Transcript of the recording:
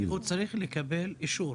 הוא צריך לקבל אישור.